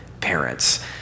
parents